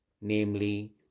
namely